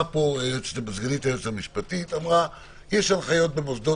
סגנית היועצת המשפטית אמרה שיש הנחיות במוסדות,